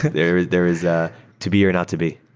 there is there is ah to be or not to be.